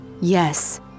Yes